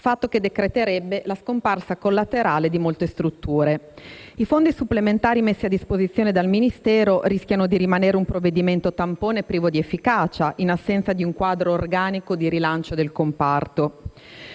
fatto che decreterebbe la scomparsa collaterale di molte strutture. I fondi supplementari messi a disposizione dal Ministero rischiano di rimanere un provvedimento tampone e privo di efficacia, in assenza di un quadro organico di rilancio del comparto.